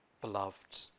beloved